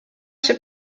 się